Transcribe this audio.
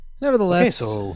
Nevertheless